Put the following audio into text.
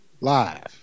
live